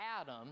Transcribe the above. Adam